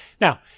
Now